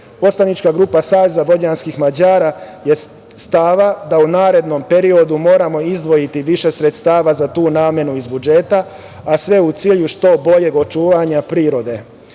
Poslanička grupa SVM je stava da u narednom periodu moramo izdvojiti više sredstava za tu namenu iz budžeta, a sve u cilju što boljeg očuvanja prirode.